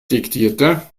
diktierte